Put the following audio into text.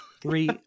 three